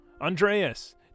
Andreas